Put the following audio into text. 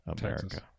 America